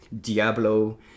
Diablo